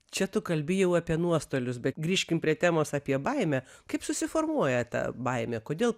čia tu kalbi jau apie nuostolius bet grįžkim prie temos apie baimę kaip susiformuoja ta baimė kodėl